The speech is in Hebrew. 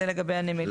זה לגבי הנמלים.